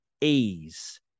ease